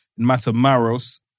Matamaros